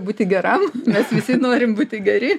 būti geram mes visi norim būti geri